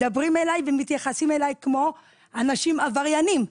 מדברים אליי ומתייחסים אליי כמו אנשים עבריינים.